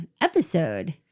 episode